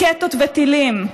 רקטות וטילים.